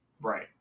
Right